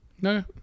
No